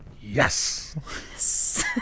yes